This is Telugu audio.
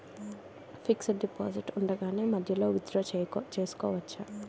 ఫిక్సడ్ డెపోసిట్ ఉండగానే మధ్యలో విత్ డ్రా చేసుకోవచ్చా?